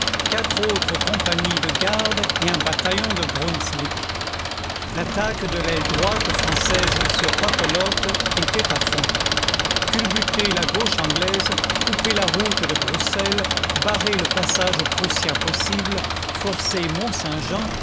quatre autres compagnies de gardes et un bataillon de brunswick l'attaque de l'aile droite française sur papelotte était à fond culbuter la gauche anglaise couper la route de bruxelles barrer le passage aux prussiens possibles forcer